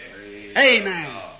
Amen